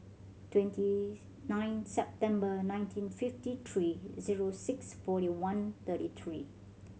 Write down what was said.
twenty nine September nineteen fifty three zero six forty one thirty three